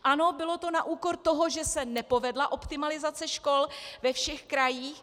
Ano, bylo to na úkor toho, že se nepovedla optimalizace škol ve všech krajích.